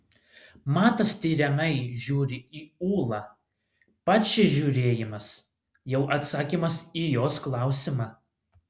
matas tiriamai žiūri į ūlą pats šis žiūrėjimas jau atsakymas į jos klausimą